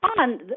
on